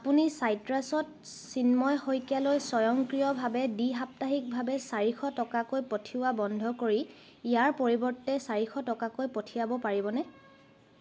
আপুনি চাইট্ৰাছত চিন্ময় শইকীয়ালৈ স্বয়ংক্ৰিয়ভাৱে দ্বি সাপ্তাহিকভাৱে চাৰিশ টকাকৈ পঠিওৱা বন্ধ কৰি ইয়াৰ পৰিৱৰ্তে চাৰিশ টকাকৈ পঠিয়াব পাৰিবনে